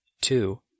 Two